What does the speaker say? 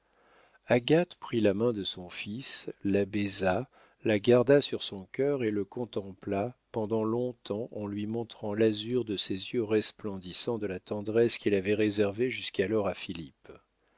agathe prit la main de son fils la baisa la garda sur son cœur et le contempla pendant longtemps en lui montrant l'azur de ses yeux resplendissant de la tendresse qu'elle avait réservée jusqu'alors à